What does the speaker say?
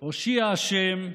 "הושיעה ה'